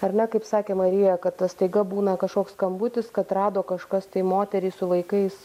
ar ne kaip sakė marija kad staiga būna kažkoks skambutis kad rado kažkas tai moterį su vaikais